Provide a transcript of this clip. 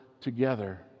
together